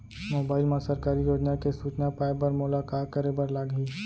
mobile मा सरकारी योजना के सूचना पाए बर मोला का करे बर लागही